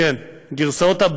זו מכבסת מילים.